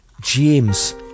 James